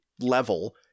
level